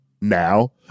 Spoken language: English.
now